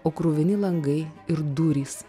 o kruvini langai ir durys